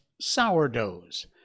sourdoughs